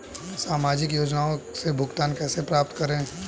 सामाजिक योजनाओं से भुगतान कैसे प्राप्त करें?